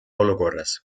olukorras